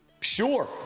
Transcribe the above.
Sure